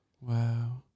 Wow